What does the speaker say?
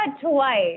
twice